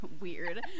weird